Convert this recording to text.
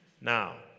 Now